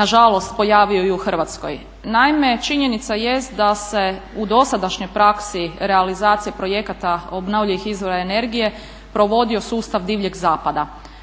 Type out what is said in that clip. nažalost pojavio i u Hrvatskoj. Naime, činjenica jest da se u dosadašnjoj praksi realizacije projekata obnovljivih izvora energije provodio sustav divljeg zapada